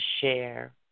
share